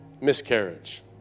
miscarriage